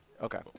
Okay